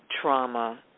trauma